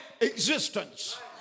existence